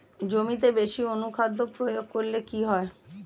জমিতে বেশি অনুখাদ্য প্রয়োগ করলে কি হয়?